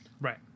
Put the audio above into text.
Right